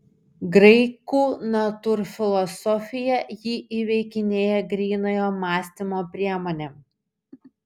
graikų natūrfilosofija jį įveikinėja grynojo mąstymo priemonėm